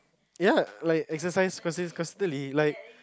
ya like exercise consis~ consistently like